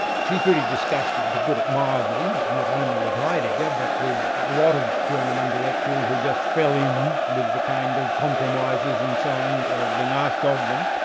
she's very disgusted, to put it mildly, not only with heidegger but with a lot of german intellectuals who just fell in with the kind of compromises and so on being asked of them,